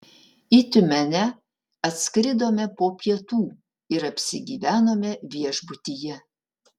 į tiumenę atskridome po pietų ir apsigyvenome viešbutyje